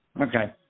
Okay